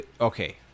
Okay